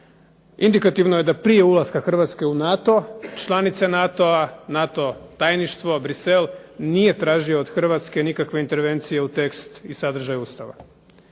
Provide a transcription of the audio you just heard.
Indikativno je da prije ulaska Hrvatske u NATO članice NATO-a, NATO tajništvo, Bruxelles nije tražio od Hrvatske nikakve intervencije u tekst i sadržaj Ustava.